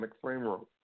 framework